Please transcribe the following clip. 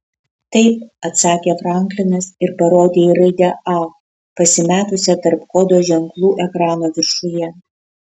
taip atsakė franklinas ir parodė į raidę a pasimetusią tarp kodo ženklų ekrano viršuje